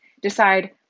decide